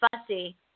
fussy